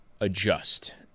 adjust